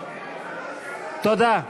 תודה.